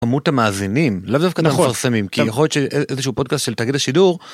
כמות המאזינים, לאו דווקא מפרסמים, כי יכול להיות שאיזה שהוא פודקאסט של תאגיד השידור.